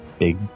Big